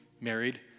married